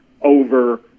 over